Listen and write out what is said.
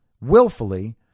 willfully